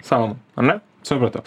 sau ana supratau